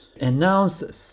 announces